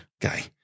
guy